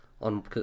on